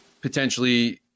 potentially